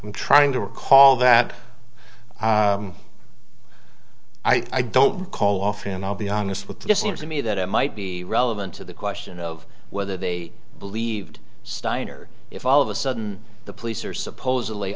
i'm trying to recall that i don't call off and i'll be honest with you just seems to me that it might be relevant to the question of whether they believed steiner if all of a sudden the police are supposedly